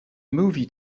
movie